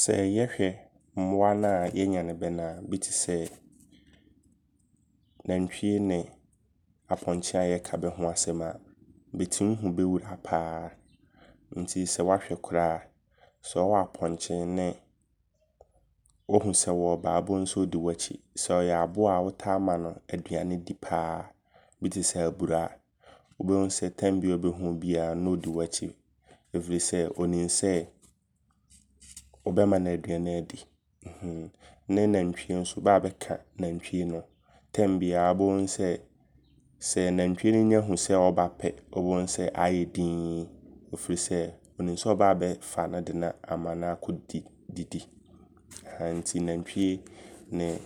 Sɛ yɛhwɛ mmoa no a yɛyɛne bɛ na a, bi tesɛ, nantwie ne apɔnkye a yɛɛka bɛho asɛm a bɛtim hu bɛwura paa. Nti sɛ wahwɛ koraa, sɛ wowɔ apɔnkye ne ɔhu sɛ wɔɔba a wobɛhu sɛ ɔdi w'akyi. Sɛ ɔyɛ aboa wotaa ma no aduane di paa bi tesɛ aburo a Wobɛhu sɛ berɛ biara ɔbɛhu wo biara na ɔdi w'akyi. Firi sɛ, ɔnim sɛ, wobɛma no aduane adi Ne nantwie nso bɛ a bɛka nantwie no, berɛ biaa wobɛhu sɛ, sɛ nantwie no nya hu sɛ ɔɔba pɛ, wobɛhu sɛ aayɛ dinn. Ɛfiri sɛ, ɔnim sɛ ɔɔba abɛfa no de no ama no akɔdidi ahaa. Nti nantwie ne